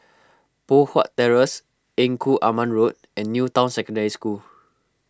Poh Huat Terrace Engku Aman Road and New Town Secondary School